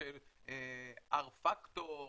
R factor,